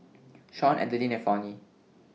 Shawn Adeline and Fronnie